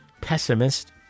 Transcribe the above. pessimist